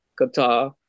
Qatar